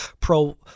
pro